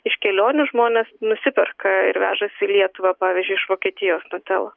iš kelionių žmonės nusiperka ir vežasi į lietuvą pavyzdžiui iš vokietijos nutelą